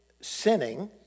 sinning